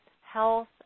health